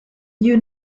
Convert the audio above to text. you